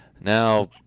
now